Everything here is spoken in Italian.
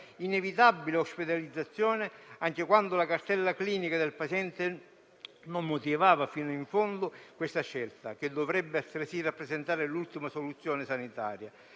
inevitabile ospedalizzazione, anche quando la cartella clinica del paziente non motivava fino in fondo questa scelta, che dovrebbe altresì rappresentare l'ultima soluzione sanitaria.